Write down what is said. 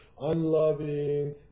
unloving